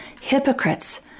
Hypocrites